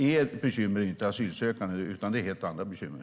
Ert bekymmer är inte asylsökande, utan ni har helt andra bekymmer.